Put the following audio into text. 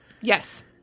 Yes